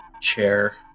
chair